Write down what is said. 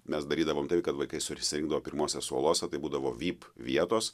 mes darydavom taip kad vaikai susirinkdavo pirmuose suoluose tai būdavo vip vietos